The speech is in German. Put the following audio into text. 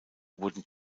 wurden